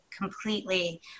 completely